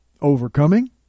overcoming